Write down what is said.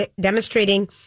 demonstrating